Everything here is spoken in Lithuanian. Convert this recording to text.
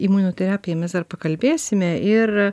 imunoterapiją mes dar pakalbėsime ir